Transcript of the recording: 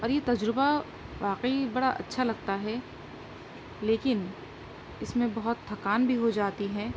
اور یہ تجربہ واقعی بڑا اچھا لگتا ہے لیکن اس میں بہت تھکان بھی ہو جاتی ہے